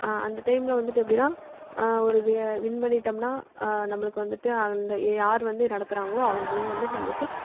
அந்த டைமில் வந்துட்டு எப்படின்னா ஒரு விய வின் பண்ணிவிட்டோம்னா நம்மளுக்கு வந்துட்டு அந்த யார் வந்து நடத்துகிறாங்களோ அவங்க மூலிமா வந்துட்டு நம்மளுக்கு